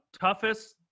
Toughest